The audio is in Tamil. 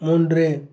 மூன்று